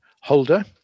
Holder